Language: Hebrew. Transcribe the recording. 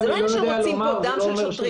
זה לא עניין שרוצים דם של שוטרים.